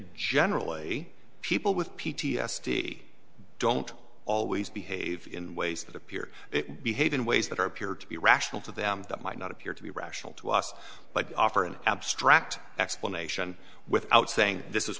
generally people with p t s d don't always behave in ways that appear behave in ways that are appear to be irrational to them that might not appear to be rational to us but offer an abstract explanation without saying this is